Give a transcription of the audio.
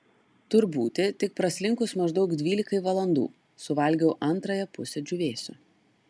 tur būti tik praslinkus maždaug dvylikai valandų suvalgiau antrąją pusę džiūvėsio